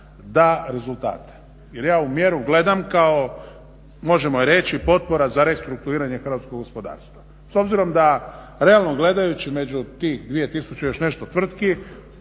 da rezultate jer ja ovu mjeru gledam kao možemo reći potpora za restrukturiranje hrvatskog gospodarstva. S obzirom da realno gledajući među tih dvije tisuće još nešto tvrtki